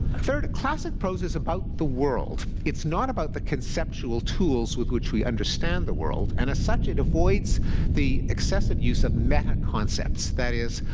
third, classic prose is about the world. it's not about the conceptual tools with which we understand the world. and as such, it avoids the excessive use of metaconcepts, that is,